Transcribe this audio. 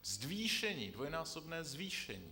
Zvýšení, dvojnásobné zvýšení.